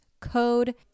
code